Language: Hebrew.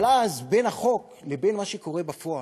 אבל אז, בין החוק לבין מה שקורה בפועל,